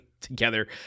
together